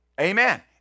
Amen